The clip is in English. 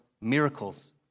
miracles